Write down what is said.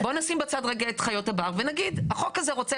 בוא נשים בצד רגע את חיות הבר ונגיד החוק הזה רוצה